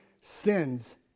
sins